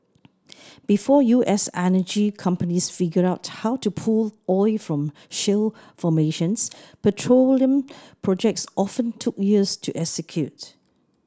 before U S energy companies figured out how to pull oil from shale formations petroleum projects often took years to execute